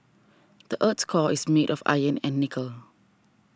the earth's core is made of iron and nickel